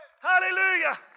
Hallelujah